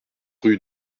rue